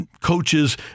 coaches